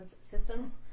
Systems